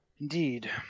Indeed